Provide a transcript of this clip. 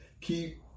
keep